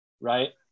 right